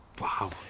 Wow